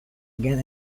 again